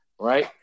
right